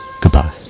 Goodbye